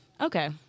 Okay